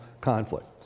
conflict